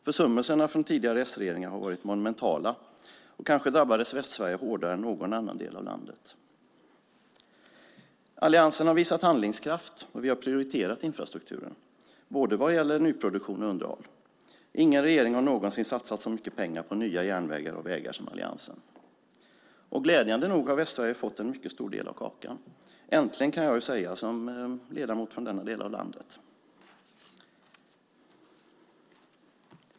Försummelserna från tidigare s-regeringar har varit monumentala, och kanske drabbades Västsverige hårdare än någon annan del av landet. Alliansen har visat handlingskraft och prioriterat infrastrukturen, vad gäller både nyproduktion och underhåll. Ingen regering har någonsin satsat så mycket pengar på nya järnvägar och vägar som Alliansen. Glädjande nog har Västsverige fått en mycket stor del av kakan. Äntligen, kan jag ju säga som ledamot från denna del av landet.